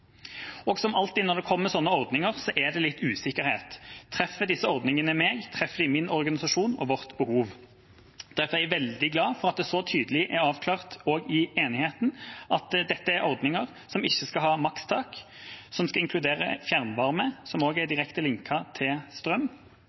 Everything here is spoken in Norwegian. Som alltid når det kommer sånne ordninger, er det litt usikkerhet. Treffer disse ordningene meg? Treffer de min organisasjon og vårt behov? Derfor er jeg veldig glad for at det så tydelig er avklart også i enigheten at dette er ordninger som ikke skal ha makstak, som skal inkludere fjernvarme – som også er direkte linket til strøm